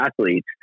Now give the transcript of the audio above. athletes